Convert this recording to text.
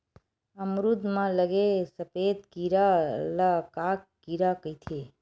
अमरूद म लगे सफेद कीरा ल का कीरा कइथे?